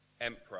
emperor